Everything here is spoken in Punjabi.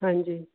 ਹਾਂਜੀ